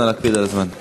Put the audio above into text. נא להקפיד על הזמן.